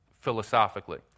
philosophically